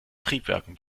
triebwerken